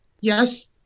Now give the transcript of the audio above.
yes